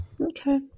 Okay